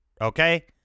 Okay